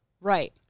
Right